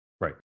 Right